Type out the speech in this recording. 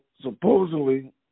supposedly